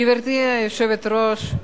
גברתי היושבת-ראש,